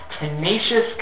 tenacious